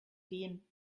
gehen